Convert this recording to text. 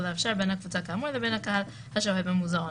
האפשר בין הקבוצה כאמור לבין הקהל השוהה במוזיאון.